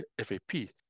FAP